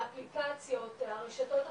האפליקציות והרשתות החברתיות,